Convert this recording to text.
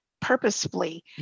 purposefully